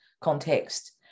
context